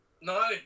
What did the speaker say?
No